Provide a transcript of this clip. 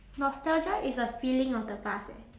nostalgia is a feeling of the past eh